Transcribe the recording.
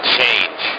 Change